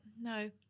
no